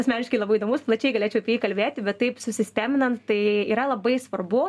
asmeniškai labai įdomus plačiai galėčiau kalbėti bet taip susisteminant tai yra labai svarbu